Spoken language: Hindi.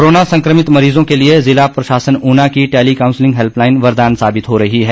कोरोना संक्रमित मरीजों के लिए जिला प्रशासन ऊना की टेली काउंसलिंग हेल्पलाइन वरदान साबित हो रही है